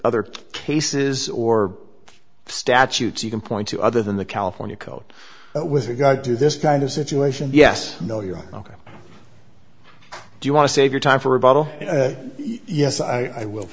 other cases or statutes you can point to other than the california code with regard to this kind of situation yes no you're ok do you want to save your time for a bottle yes i will